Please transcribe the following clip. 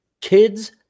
kids